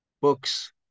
books